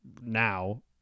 now